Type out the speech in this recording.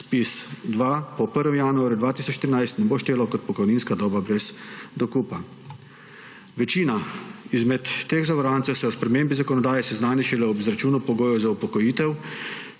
ZPIZ-2 po 1. januarju 2013 ne bo štelo kot pokojninska doba brez dokupa. Večina izmed teh zavarovancev se o spremembi zakonodaje seznani šele ob izračunu pogojev za upokojitev,